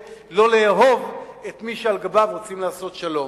לא לאהוב את מי שעל גביו רוצים לעשות שלום.